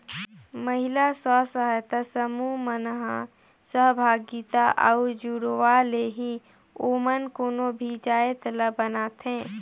महिला स्व सहायता समूह मन ह सहभागिता अउ जुड़ाव ले ही ओमन कोनो भी जाएत ल बनाथे